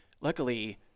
Luckily